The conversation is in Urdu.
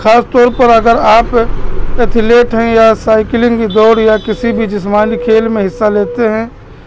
خاص طور پر اگر آپ ایتھلیٹ ہیں یا سائیکلنگ کی دوڑ یا کسی بھی جسمانی کھیل میں حصہ لیتے ہیں